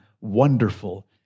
wonderful